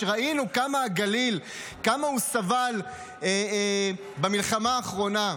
ראינו כמה הגליל סבל במלחמה האחרונה.